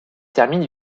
termine